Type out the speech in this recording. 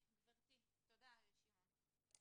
תודה, שמעון.